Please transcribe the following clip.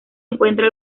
encuentra